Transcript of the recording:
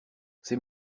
ces